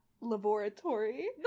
laboratory